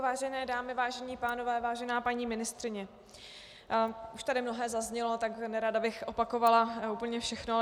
Vážené dámy, vážení pánové, vážená paní ministryně, už tady mnohé zaznělo, takže nerada bych opakovala úplně všechno.